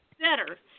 better